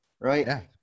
right